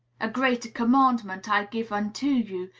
a greater commandment i give unto you,